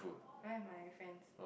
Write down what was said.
I went with my friends